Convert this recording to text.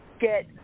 get